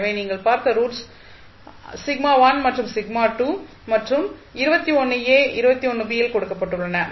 எனவே நீங்கள் பார்த்த ரூட்ஸ் மற்றும் மற்றும் இல் கொடுக்கப்பட்டுள்ளன